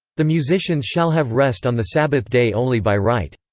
the musicians shall have rest on the sabbath day only by right.